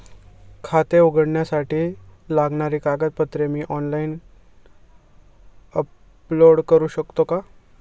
खाते उघडण्यासाठी लागणारी कागदपत्रे मी ऑनलाइन अपलोड करू शकतो का?